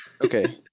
okay